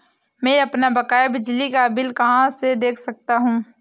मैं अपना बकाया बिजली का बिल कहाँ से देख सकता हूँ?